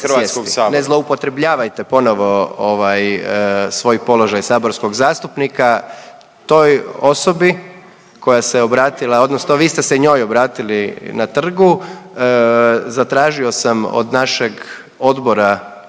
Ne zloupotrebljavajte ponovo svoj položaj saborskog zastupnika. Toj osobni koja se obratila odnosno vi ste se njoj obratili na trgu zatražio sam od našeg Odbora